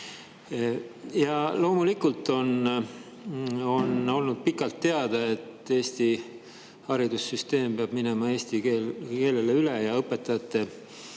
Loomulikult on olnud pikalt teada, et Eesti haridussüsteem peab minema eesti keelele üle, ja õpetajate